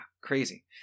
crazy